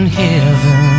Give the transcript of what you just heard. heaven